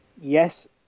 yes